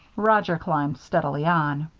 roger climbed steadily on.